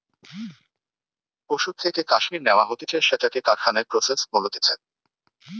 পশুর থেকে কাশ্মীর ন্যাওয়া হতিছে সেটাকে কারখানায় প্রসেস বলতিছে